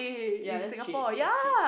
ya that's cheap that's cheap